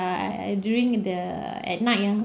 err during the at night ah